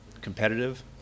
competitive